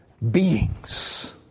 beings